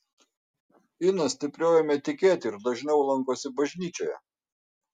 ina stipriau ėmė tikėti ir dažniau lankosi bažnyčioje